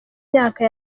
myaka